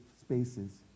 spaces